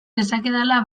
dezakedala